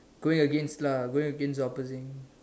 going against lah going against opposing